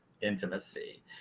intimacy